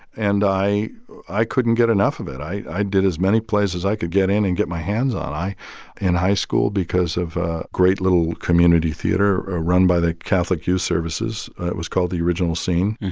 and i i couldn't get enough of it. i did as many plays as i could get in and get my hands on i in high school because of a great little community theater run by the catholic youth services. it was called the original scene.